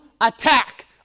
attack